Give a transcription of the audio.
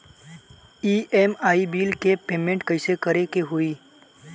EMI bill के payment कइसे करे के होई?